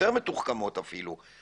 יותר מתוחכמות אפילו.